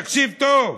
תקשיב טוב,